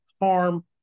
harm